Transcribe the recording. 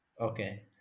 Okay